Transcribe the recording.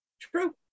True